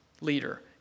leader